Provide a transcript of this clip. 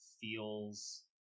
feels